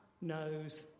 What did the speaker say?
knows